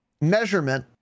Measurement